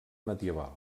medieval